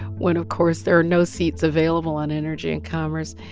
when, of course, there are no seats available on energy and commerce.